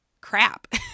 crap